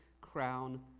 crown